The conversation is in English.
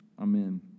Amen